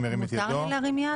מי נגד?